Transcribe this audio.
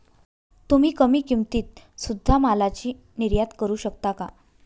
तुम्ही कमी किमतीत सुध्दा मालाची निर्यात करू शकता का